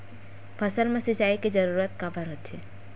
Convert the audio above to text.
फसल मा सिंचाई के जरूरत काबर होथे?